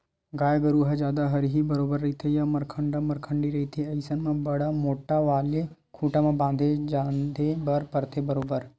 गाय गरु ह जादा हरही बरोबर रहिथे या मरखंडा मरखंडी रहिथे अइसन म बड़ मोट्ठा वाले खूटा म बांधे झांदे बर परथे बरोबर